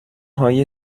های